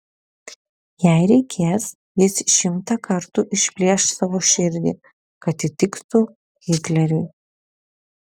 jei reikės jis šimtą kartų išplėš savo širdį kad įtiktų hitleriui